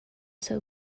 sew